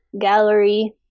gallery –